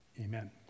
Amen